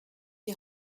die